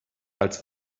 als